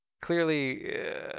clearly